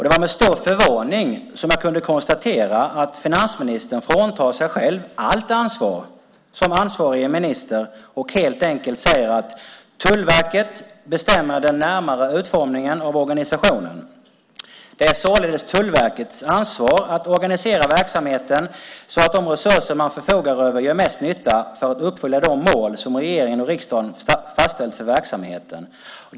Det var med stor förvåning jag kunde konstatera att finansministern fråntar sig själv allt ansvar som ansvarig minister och helt enkelt säger att Tullverket bestämmer den närmare utformningen av organisationen. Det är således Tullverkets ansvar att organisera verksamheten så att de resurser man förfogar över gör mest nytta för att uppfylla de mål som regeringen och riksdagen har fastställt för verksamheten.